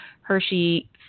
Hershey